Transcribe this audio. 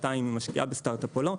החלטה אם היא משקיעה בסטארט-אפ או לא,